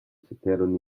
ceteron